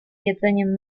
jedzeniem